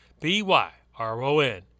B-Y-R-O-N